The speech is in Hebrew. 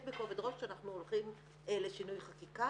בכובד ראש כשאנחנו הולכים לשינוי חקיקה.